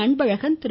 Anbazhagan Thiru